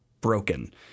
broken